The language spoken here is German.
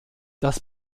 das